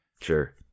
Sure